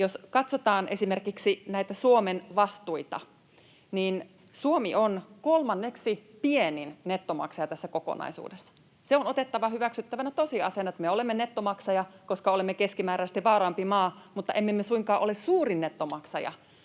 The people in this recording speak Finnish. Jos katsotaan esimerkiksi näitä Suomen vastuita, niin Suomi on kolmanneksi pienin nettomaksaja tässä kokonaisuudessa. Se on otettava hyväksyttävänä tosiasiana, että me olemme nettomaksaja, koska olemme keskimääräistä vauraampi maa, mutta emme suinkaan ole suuri nettomaksaja.